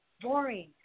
Boring